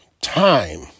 time